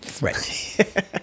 Right